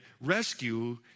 rescue